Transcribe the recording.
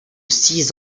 six